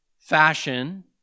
fashion